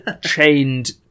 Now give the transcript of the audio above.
chained